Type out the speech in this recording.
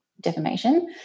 defamation